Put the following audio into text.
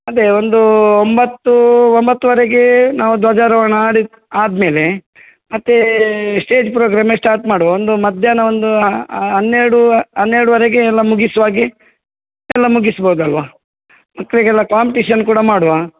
ಅದೇ ಒಂದು ಒಂಬತ್ತು ಒಂಬತ್ತೂವರೆಗೆ ನಾವು ಧ್ವಜಾರೋಹಣ ಮಾಡಿದ ಆದಮೇಲೆ ಮತ್ತೆ ಸ್ಟೇಜ್ ಪ್ರೋಗ್ರಾಮೆ ಸ್ಟಾರ್ಟ್ ಮಾಡುವ ಒಂದು ಮಧ್ಯಾಹ್ನ ಒಂದು ಹನ್ನೆರಡು ಹನ್ನೆರಡೂವರೆಗೆ ಎಲ್ಲ ಮುಗಿಸೋವಾಗೆ ಎಲ್ಲ ಮುಗಿಸ್ಭೌದು ಅಲ್ವ ಮಕ್ಕಳಿಗೆಲ್ಲ ಕಾಂಪಿಟೇಷನ್ ಕೂಡ ಮಾಡುವ